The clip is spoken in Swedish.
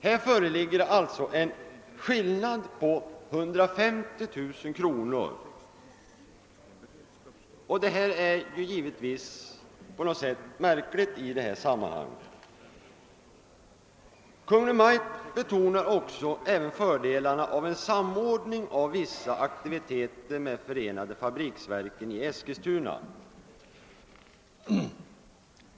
Här föreligger alltså en differans mellan uppgifterna på 150 0900 kr., och det är givetvis märkligt. Kungl. Maj:t betonar också förde:arna av en samordning av vissa aktivitcter med Förenade fabriksverken i Eskilstuna.